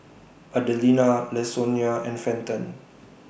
Adelina Lasonya and Fenton